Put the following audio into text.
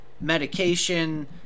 medication